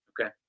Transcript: okay